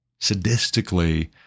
sadistically